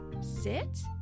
sit